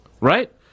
Right